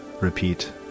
repeat